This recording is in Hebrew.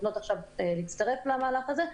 ששוקלות עכשיו להצטרף למהלך הזה.